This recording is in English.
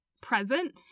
present